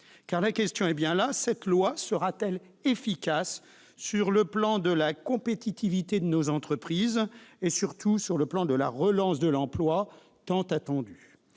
Car la question est bien là : cette loi sera-t-elle efficace sur le plan de la compétitivité de nos entreprises, et surtout sur celui de la relance, tant attendue,